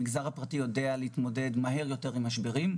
המגזר הפרטי יודע להתמודד מהר יותר עם משברים,